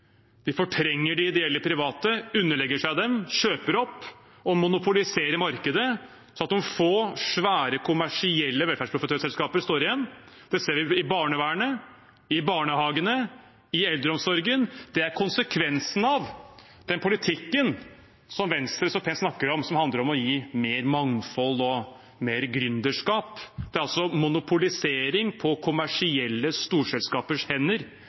De fortrenger de ideelle private, underlegger seg dem, kjøper opp og monopoliserer markedet, sånn at noen få svære kommersielle velferdsprofittørselskaper står igjen. Vi ser det i barnevernet, i barnehagene og i eldreomsorgen. Det er konsekvensen av den politikken som Venstre så pent snakker om, som handler om å gi mer mangfold og mer gründerskap. Det er monopolisering på kommersielle storselskapers hender